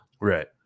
Right